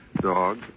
Dog